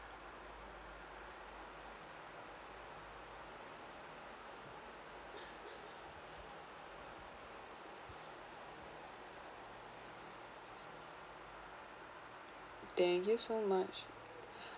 thank you so much